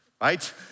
right